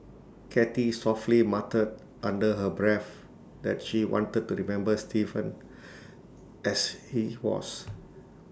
cathy softly muttered under her breath that she wanted to remember Stephen as he was